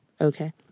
okay